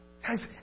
Guys